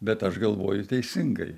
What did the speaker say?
bet aš galvoju teisingai